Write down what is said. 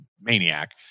maniac